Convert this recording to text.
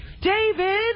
David